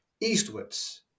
eastwards